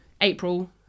April